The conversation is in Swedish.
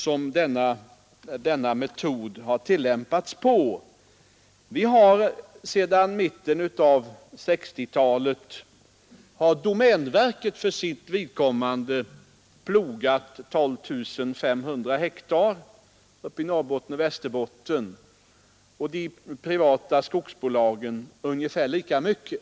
Sedan mitten av 1960-talet har domänverket för sitt vidkommande plogat 12500 hektar i Norrbotten och Västerbotten och de privata skogsbolagen ungefär lika mycket.